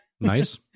Nice